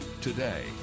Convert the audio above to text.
today